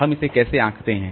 हम इसे कैसे आंकते हैं